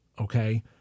Okay